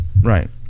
Right